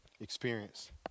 experience